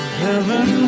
heaven